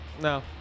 No